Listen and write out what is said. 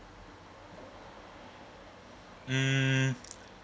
mm